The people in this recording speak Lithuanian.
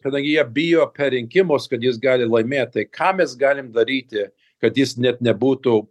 kadangi jie bijo per rinkimus kad jis gali laimėt tai ką mes galim daryti kad jis net nebūtų